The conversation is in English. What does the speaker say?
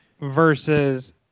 versus